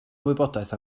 wybodaeth